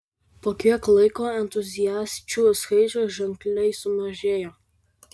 po kiek laiko entuziasčių skaičius ženkliai sumažėjo